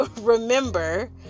remember